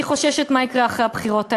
אני חוששת מה יקרה אחרי הבחירות האלה.